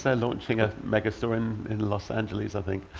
so launching a megastore in in los angeles, i think.